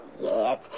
yes